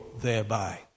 thereby